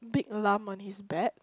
big lump on his back